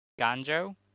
Ganjo